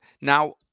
Now